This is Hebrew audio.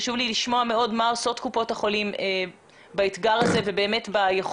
חשוב לי לשמוע מה עושות קופות החולים באתגר הזה וביכולת